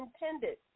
intended